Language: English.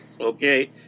okay